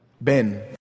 Ben